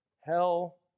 hell